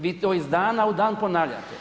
Vi to iz dana u dan ponavljate.